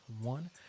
one